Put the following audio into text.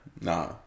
Nah